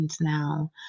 now